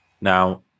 now